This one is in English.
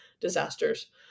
disasters